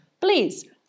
please